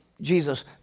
Jesus